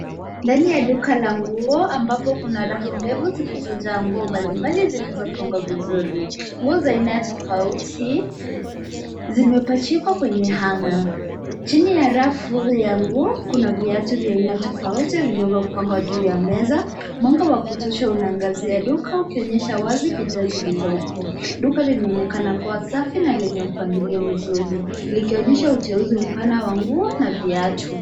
Ndani ya duka la nguo ambapo kuna rafu ndefu zilizojaa nguo mbalimbali zilizopangwa vizuri. Nguo za aina tofauti zimepachikwa kwenye hanger . Chini ya rafu ya nguo, kuna viatu vya aina tofauti vilivyopangwa juu ya meza. Mwanga wa kutosha unaangazia duka ukionyesha wazi bidhaa zilizopo. Duka linaonekana kuwa safi na lenye mpangiluo mzuri likionyesha uteuzi mpana wa nguo na viatu.